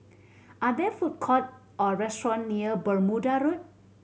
are there food court or restaurant near Bermuda Road